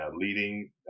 leading